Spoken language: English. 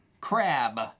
Crab